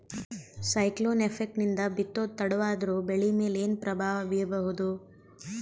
Cyclone effect ನಿಂದ ಬಿತ್ತೋದು ತಡವಾದರೂ ಬೆಳಿ ಮೇಲೆ ಏನು ಪ್ರಭಾವ ಬೀರಬಹುದು?